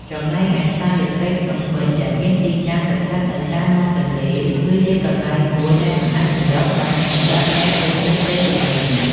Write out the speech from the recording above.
ចំណែកឯ ផ្សាររាត្រីភ្នំពេញ ដែលមានទីតាំងស្ថិតនៅតាមមាត់ទន្លេ គឺជាកន្លែងមួយដែលមិនអាចរំលងបានសម្រាប់អ្នកចូលចិត្តទិញទំនិញ។